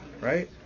right